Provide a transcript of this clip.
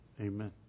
Amen